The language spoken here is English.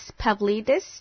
Pavlidis